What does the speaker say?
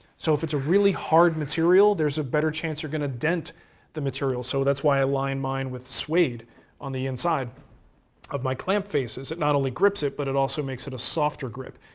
so if it's a really hard matierial, there's a better chance you're going to dent the material, so that's why i line mine with suede on the inside of my clamp faces. it not only grips it, but it also makes it a softer grip.